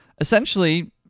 essentially